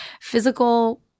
physical